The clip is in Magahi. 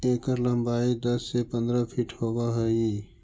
एकर लंबाई दस से पंद्रह फीट होब हई